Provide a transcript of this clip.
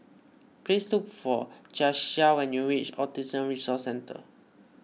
please look for Jasiah when you reach Autism Resource Centre